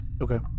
Okay